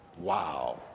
wow